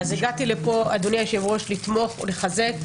אז הגעתי לפה, אדוני היושב-ראש, לתמוך ולחזק.